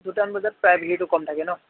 দুটা মান বজাত প্ৰায় ভিৰটো কম থাকে ন